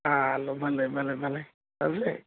हा हलो भले भले भले